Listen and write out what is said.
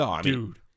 dude